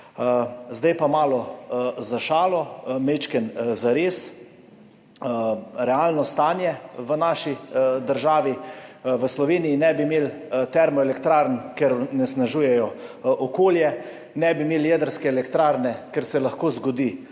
Zdaj pa malo za šalo, malo zares. Realno stanje v naši državi. V Sloveniji ne bi imeli termoelektrarn, ker onesnažujejo okolje, ne bi imeli jedrske elektrarne, ker se lahko zgodi